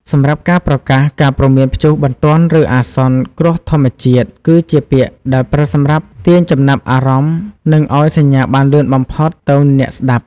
សម្រាប់ការប្រកាស ការព្រមានព្យុះបន្ទាន់ឬអាសន្នគ្រោះធម្មជាតិគឺជាពាក្យដែលប្រើដើម្បីទាញចំណាប់អារម្មណ៍និងឲ្យសញ្ញាបានលឿនបំផុតទៅអ្នកស្តាប់។